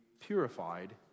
purified